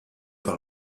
par